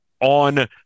on